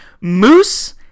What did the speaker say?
moose